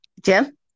Jim